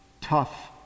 tough